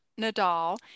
Nadal